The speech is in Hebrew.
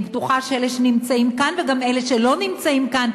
אני בטוחה שאלה שנמצאים כאן וגם אלה שלא נמצאים כאן